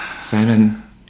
Simon